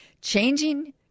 changing